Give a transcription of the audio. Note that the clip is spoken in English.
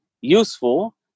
useful